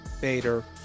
Bader